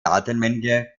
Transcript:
datenmenge